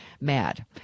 mad